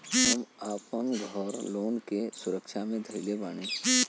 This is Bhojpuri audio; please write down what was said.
हम आपन घर लोन के सुरक्षा मे धईले बाटी